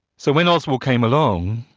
so when oswald came along,